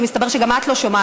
ומסתבר שגם את לא שומעת אותי.